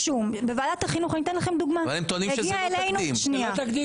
הם טוענים שזה לא תקדים.